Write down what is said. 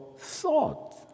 thought